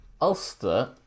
Ulster